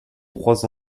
trois